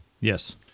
Yes